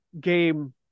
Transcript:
game